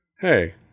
hey